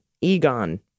Egon